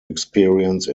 experience